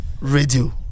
radio